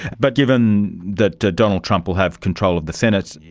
but given that donald trump will have control of the senate,